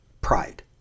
pride